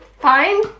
fine